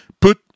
Put